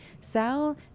Sal